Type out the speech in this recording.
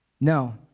No